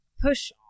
push